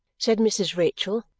said mrs. rachael.